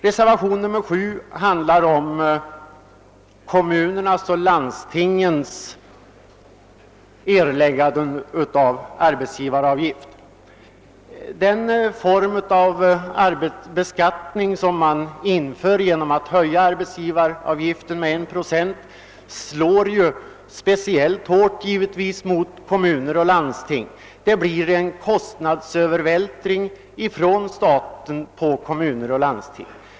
Reservationen 7 handlar om arbetsgivaravgiften för kommuner och landsting. Den form av beskattning som införes genom att arbetsgivaravgiften höjs med 1 procent slår givetvis speciellt hårt mot kommuner och landsting. Det blir en kostnadsövervältring från staten på kommuner och landsting.